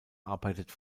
arbeitet